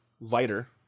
lighter